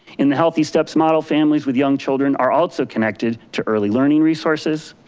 in the healthysteps model, families with young children are also connected to early learning resources,